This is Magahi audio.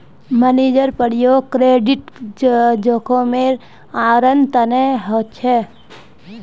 मार्जिनेर प्रयोग क्रेडिट जोखिमेर आवरण तने ह छे